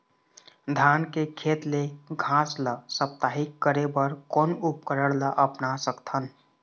धान के खेत ले घास ला साप्ताहिक करे बर कोन उपकरण ला अपना सकथन?